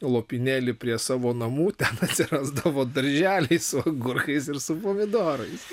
lopinėlį prie savo namų ten atsirasdavo darželiais su agurkais ir su pomidorais